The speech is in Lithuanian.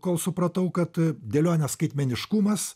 kol supratau kad dėlionės skaitmeniškumas